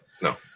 No